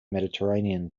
mediterranean